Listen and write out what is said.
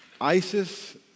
ISIS